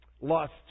lust